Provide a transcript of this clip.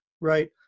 right